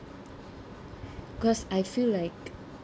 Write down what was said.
cause I feel like